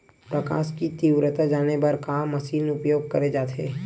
प्रकाश कि तीव्रता जाने बर का मशीन उपयोग करे जाथे?